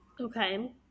Okay